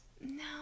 no